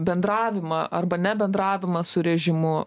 bendravimą arba nebendravimą su režimu